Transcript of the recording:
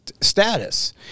status